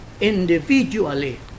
individually